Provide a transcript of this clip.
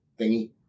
thingy